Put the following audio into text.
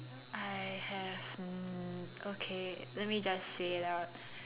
I have um okay let me just say it out